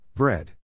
bread